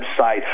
website